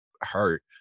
hurt